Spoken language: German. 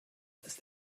ist